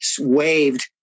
waved